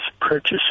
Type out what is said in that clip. purchase